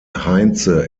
heinze